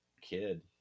kid